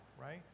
right